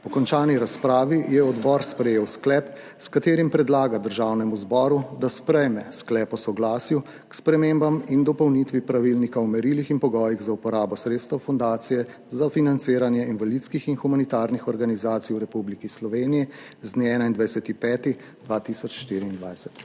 Po končani razpravi je odbor sprejel sklep, s katerim predlaga Državnemu zboru, da sprejme Sklep o soglasju k spremembam in dopolnitvi Pravilnika o merilih in pogojih za uporabo sredstev fundacije za financiranje invalidskih in humanitarnih organizacij v Republiki Sloveniji z dne 21. 5.